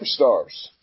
superstars